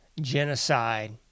genocide